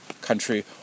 country